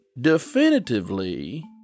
definitively